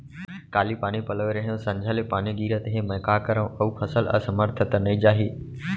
काली पानी पलोय रहेंव, संझा ले पानी गिरत हे, मैं का करंव अऊ फसल असमर्थ त नई जाही?